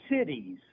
cities